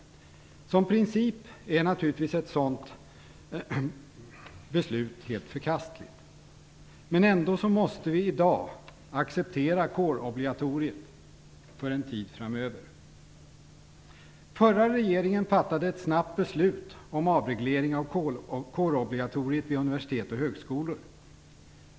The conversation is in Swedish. Som princip är naturligtvis ett sådant beslut helt förkastligt. Men ändå måste vi i dag acceptera kårobligatoriet för en tid framöver. Förra regeringen fattade ett snabbt beslut om avreglering av kårobligatoriet vid universitet och högskolor.